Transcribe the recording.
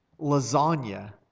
lasagna